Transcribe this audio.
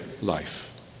life